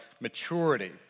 maturity